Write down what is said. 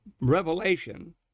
revelation